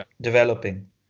developing